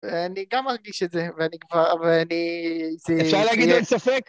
ואני גם מרגיש את זה, ואני כבר, ואני... - אפשר להגיד, אין ספק.